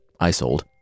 Isold